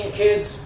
kids